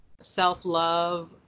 self-love